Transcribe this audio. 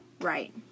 Right